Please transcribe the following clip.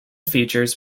features